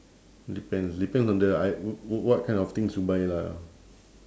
depends depends on the i~ w~ what kind of things you buy lah